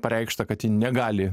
pareikšta kad ji negali